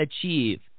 achieve